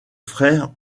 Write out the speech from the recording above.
frère